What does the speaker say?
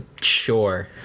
sure